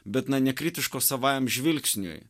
bet na nekritiško savajam žvilgsniui